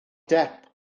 depp